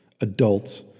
adults